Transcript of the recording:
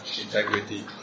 integrity